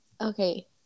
okay